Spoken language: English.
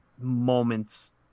moments